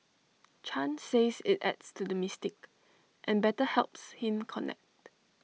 chan says IT adds to the mystique and better helps him connect